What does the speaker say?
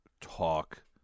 talk